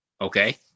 Okay